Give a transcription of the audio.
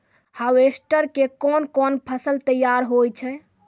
Harvester के कोन कोन फसल तैयार होय छै?